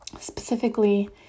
Specifically